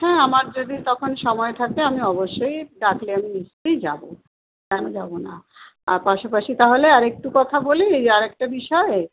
হ্যাঁ আমার যদি তখন সময় থাকে আমি অবশ্যই ডাকলে আমি নিশ্চয়ই যাবো কেন যাবো না আর পাশাপাশি তাহলে আরেকটু কথা বলি আর একটা বিষয়ে